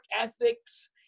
ethics